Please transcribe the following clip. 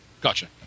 Gotcha